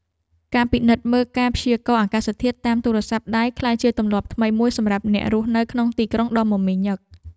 ការពិនិត្យមើលការព្យាករណ៍អាកាសធាតុតាមទូរស័ព្ទដៃក្លាយជាទម្លាប់ថ្មីមួយសម្រាប់អ្នករស់នៅក្នុងទីក្រុងដ៏មមាញឹក។